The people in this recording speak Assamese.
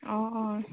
অঁ অঁ